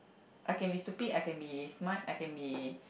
I can be stupid I can be smart I can be